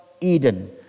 Eden